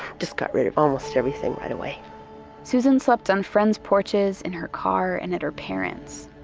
just got rid of almost everything right way susan slept on friend's porches, in her car, and at her parents.